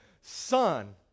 son